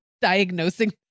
diagnosing